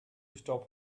stop